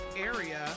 area